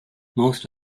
most